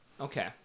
okay